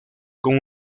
con